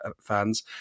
fans